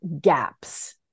gaps